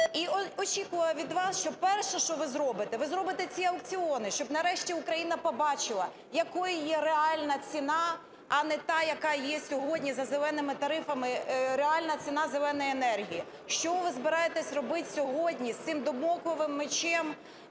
і очікую від вас, що перше, що ви зробите, ви зробите ці аукціони, щоб нарешті Україна побачила, якою є реальна ціна, а не та, яка є сьогодні за "зеленими" тарифами, реальна ціна "зеленої" енергії. Що ви збираєтесь робити сьогодні з цим дамоклевим мечем